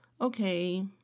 okay